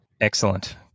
Excellent